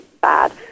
bad